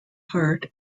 heart